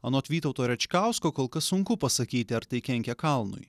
anot vytauto račkausko kol kas sunku pasakyti ar tai kenkia kalnui